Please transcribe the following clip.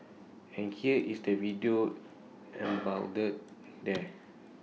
and here is the video embodied there